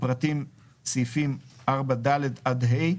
הפרטים סעיפים 4(ד) עד (ה),